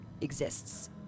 exists